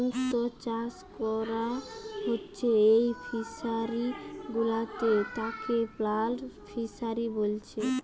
মুক্ত চাষ কোরা হচ্ছে যেই ফিশারি গুলাতে তাকে পার্ল ফিসারী বলছে